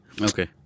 okay